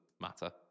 matter